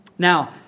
Now